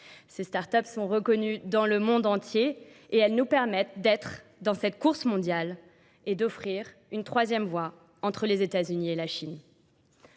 Ces startups sont reconnues dans le monde entier et elles nous permettent d'être dans cette course mondiale et d'offrir une troisième voie entre les États-Unis et la Chine.